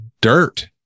dirt